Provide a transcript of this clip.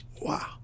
Wow